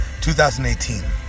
2018